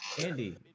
Andy